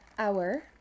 Hour